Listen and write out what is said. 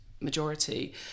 majority